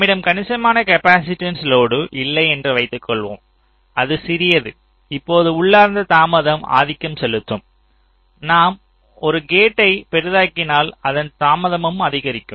நம்மிடம் கணிசமான capacitance load இல்லை என்று வைத்துக்கொள்வோம் அது சிறியது இப்போது உள்ளார்ந்த தாமதம் ஆதிக்கம் செலுத்தும் நாம் ஒரு கேட்டை பெரிதாக்கினால் அதன் தாமதமும் அதிகரிக்கும்